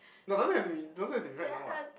no don't have be don't have to be right now ah